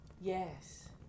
Yes